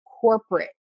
corporate